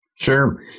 Sure